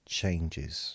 changes